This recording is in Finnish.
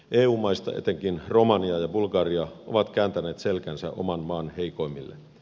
eu maista etenkin romania ja bulgaria ovat kääntäneet selkänsä oman maan heikoimmille